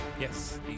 Yes